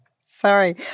Sorry